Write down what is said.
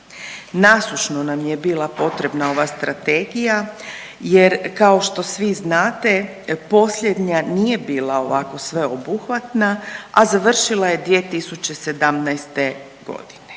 Nasušno nam je bila potrebna ova strategija jer kao što svi znate posljednja nije bila ovako sveobuhvatna, a završila je 2017. godine.